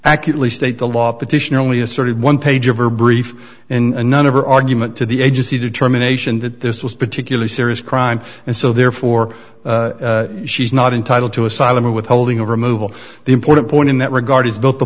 accurately state the law petitioner only asserted one page of her brief and none of her argument to the agency determination that this was particular serious crime and so therefore she's not entitled to asylum or withholding of removal the important point in that regard is both the